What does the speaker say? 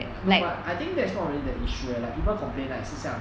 ya no but I think that's not really the issue leh like people complain 剩下